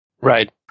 Right